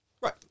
Right